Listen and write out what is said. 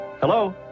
Hello